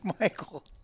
Michael